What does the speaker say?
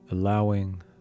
Allowing